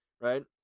right